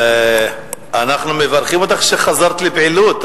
אנחנו מברכים אותך שחזרת לפעילות,